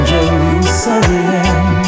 Jerusalem